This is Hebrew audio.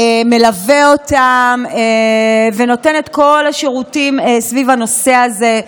מלווה אותם ונותן את כל השירותים סביב הנושא הזה.